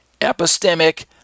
epistemic